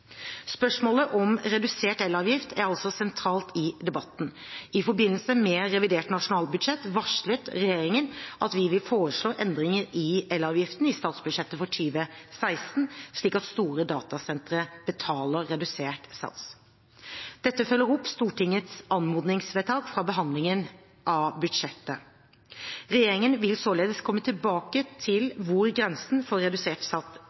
Spørsmålet om redusert elavgift er altså sentralt i debatten. I forbindelse med revidert nasjonalbudsjett varslet regjeringen at vi vil foreslå endringer i elavgiften i statsbudsjettet for 2016, slik at store datasentre betaler redusert sats. Dette følger opp Stortingets anmodningsvedtak fra behandlingen av budsjettet. Regjeringen vil således komme tilbake til hvor grensen for redusert sats